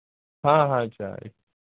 हाँ हाँ चाचा आएँगे